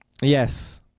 Yes